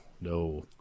no